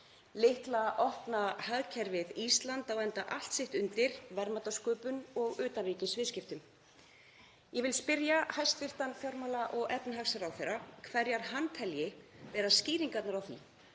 Litla opna hagkerfið Ísland á enda allt sitt undir verðmætasköpun og utanríkisviðskiptum. Ég vil spyrja hæstv. fjármála- og efnahagsráðherra hverjar hann telji skýringarnar á því